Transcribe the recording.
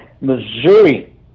Missouri